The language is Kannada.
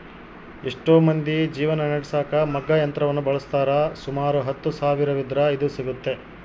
ಎಷ್ಟೊ ಮಂದಿ ಜೀವನ ನಡೆಸಕ ಮಗ್ಗ ಯಂತ್ರವನ್ನ ಬಳಸ್ತಾರ, ಸುಮಾರು ಹತ್ತು ಸಾವಿರವಿದ್ರ ಇದು ಸಿಗ್ತತೆ